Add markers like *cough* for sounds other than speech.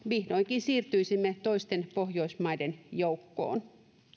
*unintelligible* vihdoinkin siirtyisimme toisten pohjoismaiden joukkoon